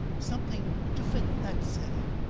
something to fit that setting.